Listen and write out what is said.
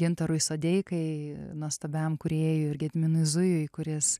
gintarui sodeikai nuostabiam kūrėjui ir gediminui zujui kuris